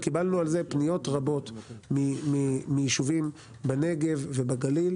וקיבלנו פניות רבות בנושא מיישובים בנגב ובגליל,